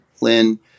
lynn